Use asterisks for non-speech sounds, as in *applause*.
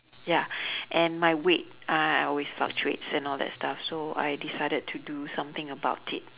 ya *breath* and my weight uh always fluctuates and all that stuff so I decided to do something about it